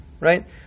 right